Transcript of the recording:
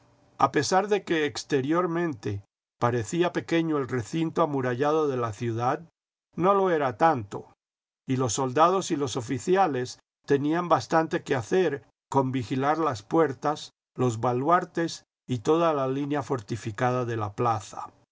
a pesar de que exteriormente parecía pequeño el recinto amurallado de la ciudad no lo era tanto y los soldados y los oficiales tenían bastante que hacer con vigilar las puertas los baluartes y toda la línea fortificada de la plaza